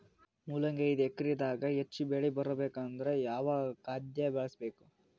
ಮೊಲಂಗಿ ಐದು ಎಕರೆ ದಾಗ ಹೆಚ್ಚ ಬೆಳಿ ಬರಬೇಕು ಅಂದರ ಯಾವ ಖಾದ್ಯ ಬಳಸಬೇಕು?